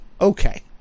okay